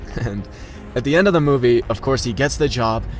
and at the end of the movie, of course he gets the job,